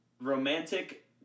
romantic